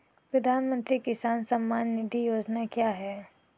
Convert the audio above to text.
प्रधानमंत्री किसान सम्मान निधि योजना क्या है?